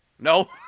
No